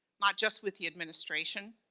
not just with the administration,